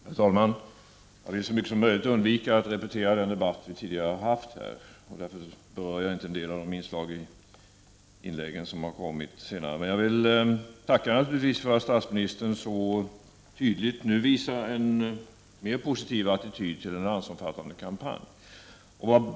Herr talman! Jag vill så mycket som möjligt undvika att repetera den debatt som vi tidigare har haft. Därför berör jag inte alla inslag som har förekommit i debatten. Naturligtvis tackar jag för att statsministern nu så tydligt visar en mer positiv attityd till en landsomfattande kampanj.